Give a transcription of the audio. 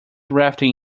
rafting